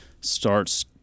starts